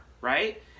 right